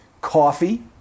Coffee